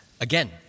again